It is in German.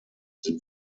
sind